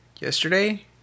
Yesterday